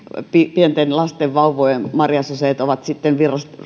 pienten lasten vauvojen marjasoseet ovat sitten